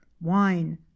wine